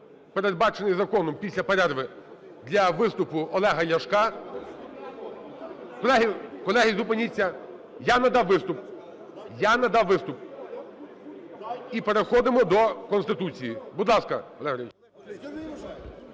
передбачений законом після перерви, для виступу Олега Ляшка. Колеги, колеги, зупиніться! Я надав виступ. Я надав виступ. І переходимо до Конституції. Будь ласка, Олег